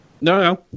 No